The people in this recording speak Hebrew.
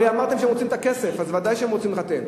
הרי אמרתם שהם רוצים את הכסף אז ודאי שהם רוצים לחתן.